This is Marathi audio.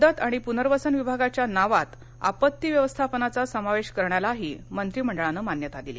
मदत आणि प्नर्वसन विभागाच्या नावात आपत्ती व्यवस्थापनाचा समावेश करण्यालाही मंत्रिमंडळानं मान्यता दिली